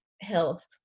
health